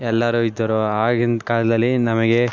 ಎಲ್ಲರೂ ಇದ್ದರು ಆಗಿನ ಕಾಲದಲ್ಲಿ ನಮಗೆ